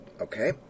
Okay